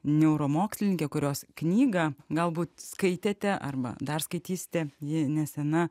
neuromokslininkė kurios knygą galbūt skaitėte arba dar skaitysite ji nesena